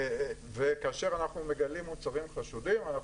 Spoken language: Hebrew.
וכאשר אנחנו מגלים מוצרים חשודים אנחנו